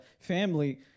family